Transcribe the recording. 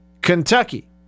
Kentucky